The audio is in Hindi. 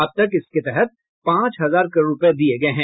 अब तक इसके तहत पांच हजार करोड़ रूपये दिये गये हैं